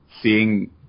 seeing